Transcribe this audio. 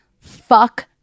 fuck